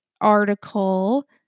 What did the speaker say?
article